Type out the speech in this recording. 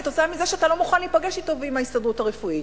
כתוצאה מזה שאתה לא מוכן להיפגש אתו ועם ההסתדרות הרפואית.